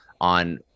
on